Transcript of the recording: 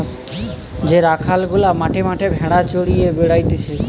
যে রাখাল গুলা মাঠে মাঠে ভেড়া চড়িয়ে বেড়াতিছে